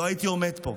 לא הייתי עומד פה,